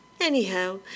Anyhow